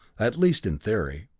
at least in theory.